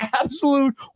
absolute